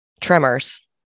tremors